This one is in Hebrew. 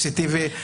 אני אתייחס